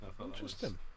Interesting